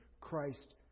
Christ